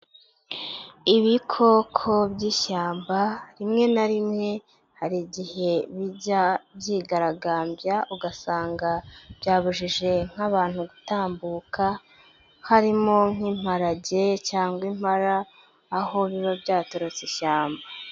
Ibikoko by'ishyamba rimwe na rimwe hari igihe bijya byigaragambya, ugasanga byabujije nk'abantu gutambuka, harimo nk'imparage cyangwa impara, aho biba byatorotse ishyamba.